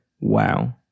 Wow